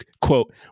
quote